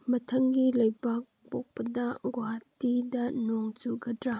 ꯃꯊꯪꯒꯤ ꯂꯩꯕꯥꯛꯄꯣꯛꯄꯗ ꯒꯣꯍꯥꯇꯤꯗ ꯅꯣꯡ ꯆꯨꯒꯗ꯭ꯔ